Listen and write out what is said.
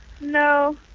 No